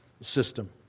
system